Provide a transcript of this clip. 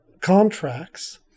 contracts